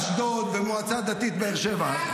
אשדוד ומועצה דתית באר שבע.